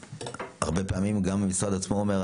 הרבה פעמים גם המשרד עצמו אומר,